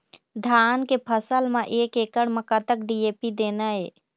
धान के फसल म एक एकड़ म कतक डी.ए.पी देना ये?